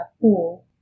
pool